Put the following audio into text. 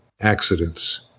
accidents